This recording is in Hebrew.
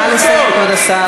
נא לסיים, כבוד השר.